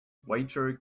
waiter